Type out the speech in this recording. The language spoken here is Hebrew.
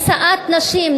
השאת נשים,